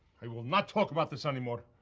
i will not talk about this anymore.